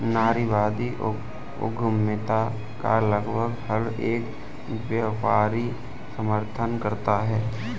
नारीवादी उद्यमिता का लगभग हर एक व्यापारी समर्थन करता है